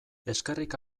eskerrik